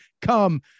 come